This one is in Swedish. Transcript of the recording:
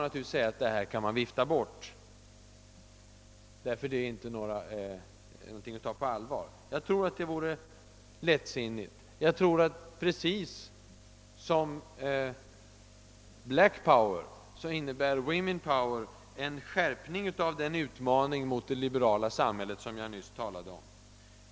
Naturligtvis kan man vifta bort denna nya riktning och säga, att det inte är någonting att ta på allvar. Jag tror det vore lättsinnigt. Precis som Black Power innebär Woman Power en skärpning av den utmaning mot det liberala samhället som jag nyss talade om.